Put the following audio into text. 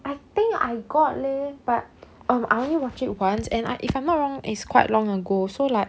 I think I got leh but um I only watch it once and I if I'm not wrong it's quite long ago so like